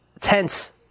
tense